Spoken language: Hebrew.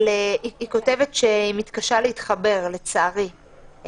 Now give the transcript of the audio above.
היא כותבת שהיא מתקשה להתחבר, לצערי.